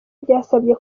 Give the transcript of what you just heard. byasabye